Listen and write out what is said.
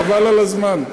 חבל על הזמן.